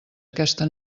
aquesta